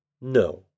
No